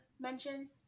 mention